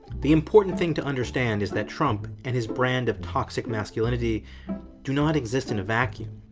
the important thing to understand is that trump and his brand of toxic masculinity do not exist in a vacuum